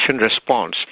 response